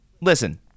listen